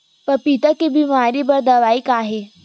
पपीता के बीमारी बर दवाई का हे?